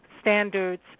standards